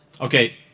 Okay